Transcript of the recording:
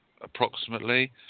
approximately